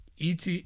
ET